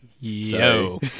Yo